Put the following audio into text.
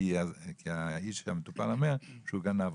כי האיש המטופל אומר שהוא גנב.